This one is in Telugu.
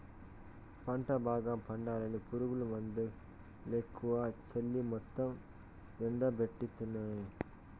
పంట బాగా పండాలని పురుగుమందులెక్కువ చల్లి మొత్తం ఎండబెట్టితినాయే